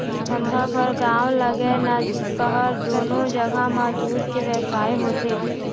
धंधा बर गाँव लागय न सहर, दूनो जघा म दूद के बेवसाय होथे